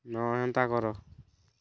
ନ ହେନ୍ତା କର